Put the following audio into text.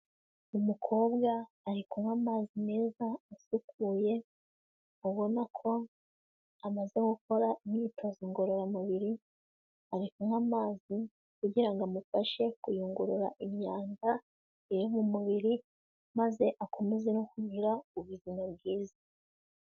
Umukobwa ari kunywa amazi meza asukuye, ubona ko amaze gukora imyitozo ngororamubiri, ari anywa amazi kugira ngo amufashe kuyungurura imyanda iri mu mubiri maze akomeze no kugira ubuzima bwiza.